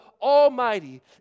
almighty